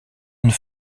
une